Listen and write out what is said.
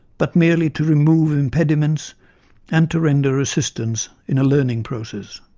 but merely to remove impediments and to render assistance in a learning process.